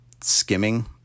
skimming